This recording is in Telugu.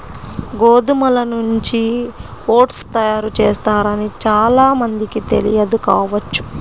గోధుమల నుంచి ఓట్స్ తయారు చేస్తారని చాలా మందికి తెలియదు కావచ్చు